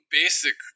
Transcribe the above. basic